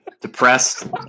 depressed